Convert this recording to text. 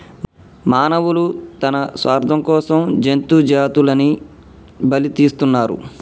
మానవులు తన స్వార్థం కోసం జంతు జాతులని బలితీస్తున్నరు